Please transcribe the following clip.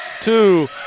Two